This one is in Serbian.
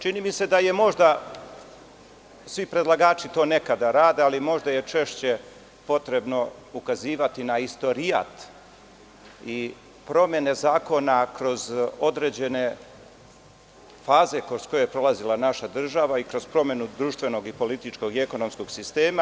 Čini mi se da je možda, svi predlagači to nekada rade, ali možda je češće potrebno ukazivati na istorijat i promene zakona kroz određene faze kroz koje je prolazila naša država i kroz promenu društvenog i političkog i ekonomskog sistema.